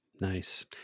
Nice